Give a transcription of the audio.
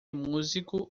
músico